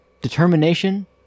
determination